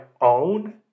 own